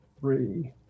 three